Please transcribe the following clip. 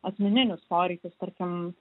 asmeninius poreikius tarkim